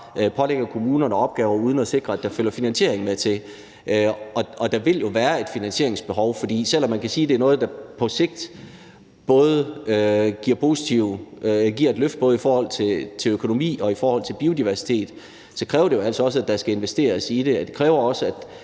pålægger kommunerne opgaver uden at sikre, at der følger finansiering med til det. Og der vil jo være et finansieringsbehov. Selv om man kan sige, at det er noget, der på sigt giver et løft både i forhold til økonomi og i forhold til biodiversitet, så kræver det jo altså også, at der investeres i det, og det kræver også,